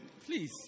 please